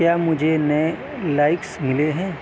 کیا مجھے نئے لائیکس ملے ہیں